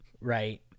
Right